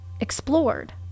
explored